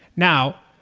now,